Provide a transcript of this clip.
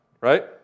right